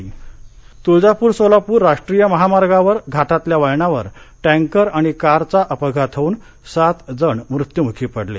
अपघात सोलापर तुळजापूर सोलापूर राष्ट्रीय महामार्गावर घाटातल्या वळणावर टॅकर आणि कारचा अपघात होऊन सात जण मृत्युमुखी पडले